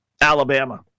Alabama